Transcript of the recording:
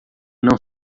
não